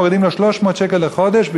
מורידים לו 300 שקל לחודש,